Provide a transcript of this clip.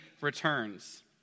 returns